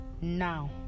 now